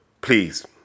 please